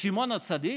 בשמעון הצדיק?